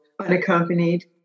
unaccompanied